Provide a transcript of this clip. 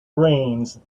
brains